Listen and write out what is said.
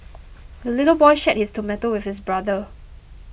the little boy shared his tomato with his brother